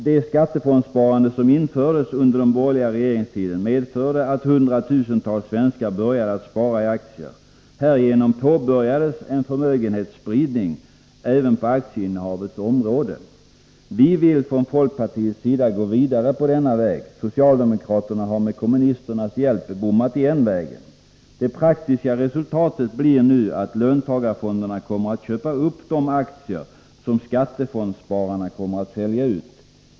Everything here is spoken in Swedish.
Det skattefondssparande som infördes under den borgerliga regeringstiden medförde att hundratusentals svenskar började att spara i aktier. Härigenom påbörjades en förmögenhetsspridning även på aktieinnehavets område. Vi vill från folkpartiets sida gå vidare på denna väg. Socialdemokraterna har med kommunisternas hjälp bommat igen vägen. Det praktiska resultatet blir nu att löntagarfonderna kommer att köpa upp de aktier som skattefondsspararna kommer att sälja ut.